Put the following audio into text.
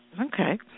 Okay